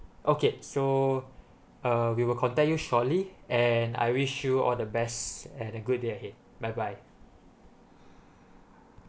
okay so uh we will contact you shortly and I wish you all the best and a good day ahead bye bye